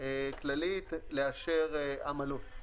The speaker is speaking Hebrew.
כללית לאשר עמלות.